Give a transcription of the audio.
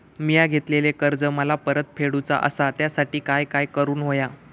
मिया घेतलेले कर्ज मला परत फेडूचा असा त्यासाठी काय काय करून होया?